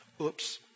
Oops